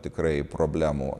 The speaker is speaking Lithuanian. tikrai problemų